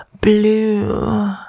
blue